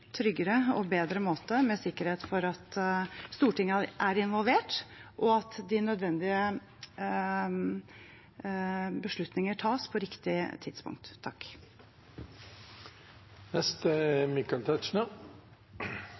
tryggere og bedre måte, i forretningsorden med sikkerhet for at Stortinget er involvert, og at de nødvendige beslutninger tas på riktig tidspunkt.